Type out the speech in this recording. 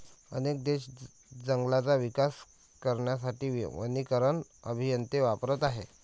अनेक देश जंगलांचा विकास करण्यासाठी वनीकरण अभियंते वापरत आहेत